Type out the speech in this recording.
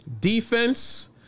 Defense